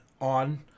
on